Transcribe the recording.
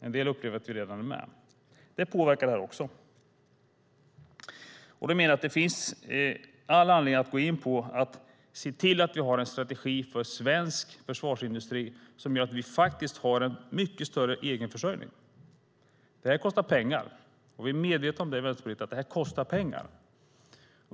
En del upplever att vi redan är med. Det påverkar det här också. Det finns all anledning att se till att vi har en strategi för svensk försvarsindustri som gör att vi har en mycket större egenförsörjning. Det kostar pengar, och vi är medvetna om det.